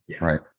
Right